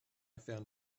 found